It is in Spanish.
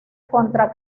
contra